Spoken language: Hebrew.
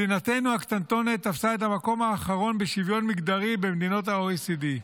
מדינתנו הקטנטונת תפסה את המקום האחרון בשוויון מגדרי במדינות ה-OECD.